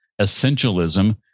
Essentialism